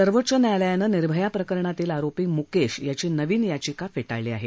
सर्वोच्च न्यायालयानं निर्भया प्रकरणातील आरोपी मुकेश याची नवीन याचिका फेटाळली आहे